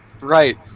right